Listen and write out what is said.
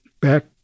back